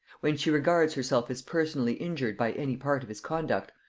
when she regards herself as personally injured by any part of his conduct,